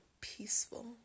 peaceful